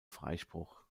freispruch